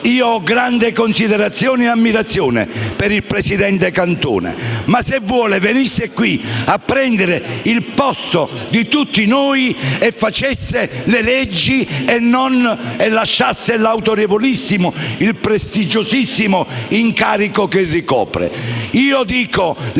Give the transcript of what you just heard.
Ho grande considerazione e ammirazione per il presidente Cantone ma, se vuole, può venire qui a prendere il posto di tutti noi e fare le leggi, lasciando l'autorevolissimo e prestigiosissimo incarico che ricopre. Io dico che